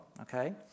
Okay